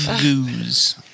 Goose